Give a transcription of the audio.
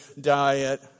diet